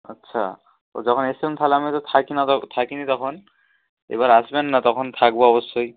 আচ্ছা ও যখন এসছিলাম তাহলে আমি হয়তো থাকি না তো থাকি নি তখন এবার আসবেন না তখন থাকবো অবশ্যই